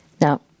now